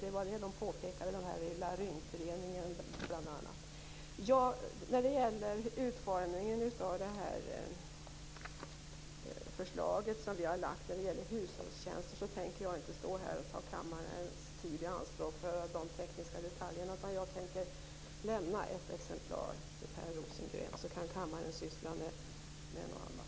Det var det som påpekades från bl.a. Laryngföreningen. Jag tänker inte ta kammarens tid i anspråk för att förklara de tekniska detaljerna i utformningen av vårt förslag om hushållstjänster. Jag tänker lämna ett exemplar av detta förslag till Per Rosengren, så kan kammaren syssla med något annat.